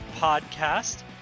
podcast